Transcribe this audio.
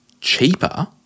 cheaper